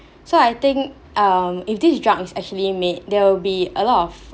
so I think um if this drug is actually made there will be a lot of